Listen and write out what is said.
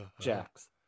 Jax